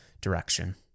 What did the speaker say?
direction